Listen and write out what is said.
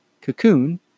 Cocoon